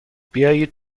بیایید